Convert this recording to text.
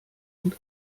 und